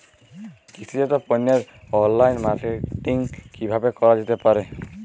কৃষিজাত পণ্যের online marketing কিভাবে করা যেতে পারে?